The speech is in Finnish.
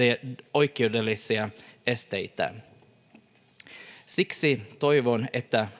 oikeudellisia esteitä siksi toivon että